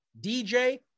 DJ